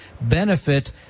benefit